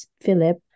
Philip